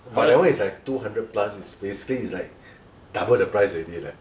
but that one is like two hundred plus it's basically it's like double the price already leh